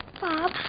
Bob